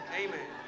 amen